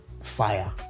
fire